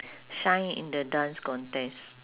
shine in the dance contest